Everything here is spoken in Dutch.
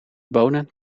bonen